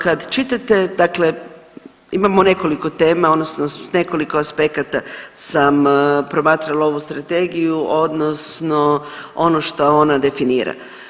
Kad čitate, dakle imamo nekoliko tema, odnosno nekoliko aspekata sam promatrala ovu strategiju, odnosno ono što ona definira.